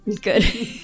Good